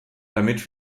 damit